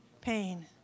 pain